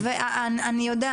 והיו דברים מעולם שחזרו ככה.